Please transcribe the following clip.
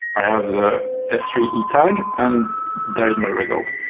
i have the s three etag, and there is my result.